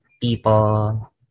people